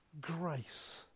grace